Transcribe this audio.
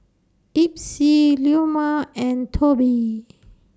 Epsie Leoma and Tobi